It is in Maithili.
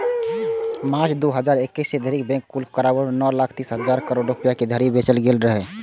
मार्च, दू हजार इकैस धरि बैंकक कुल कारोबार नौ लाख तीस हजार करोड़ रुपैया धरि पहुंच गेल रहै